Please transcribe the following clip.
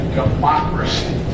democracy